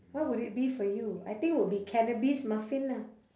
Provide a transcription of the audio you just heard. what would it be for you I think would be cannabis muffin lah